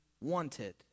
wanted